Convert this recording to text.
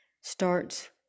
starts